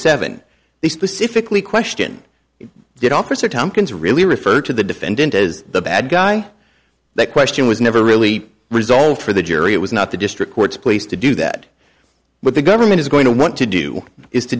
seven they specifically question did officer tomkins really refer to the defendant as the bad guy that question was never really resolved for the jury it was not the district court's place to do that but the government is going to want to do is to